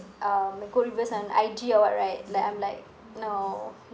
uh make good reviews on I_G or what right like I'm like no